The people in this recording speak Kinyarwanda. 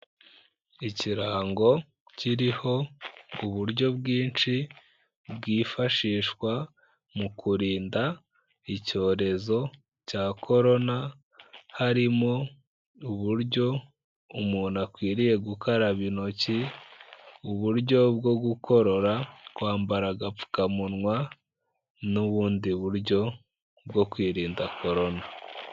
Ikirango kiriho uburyo bwinshi bwifashishwa mu kurinda icyorezo cya Korona, harimo uburyo umuntu akwiriye gukaraba intoki, uburyo bwo gukorora, kwambara agapfukamunwa n'ubundi buryo bwo kwirinda Korona.